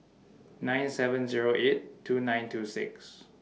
nine seven Zero eight two nine two six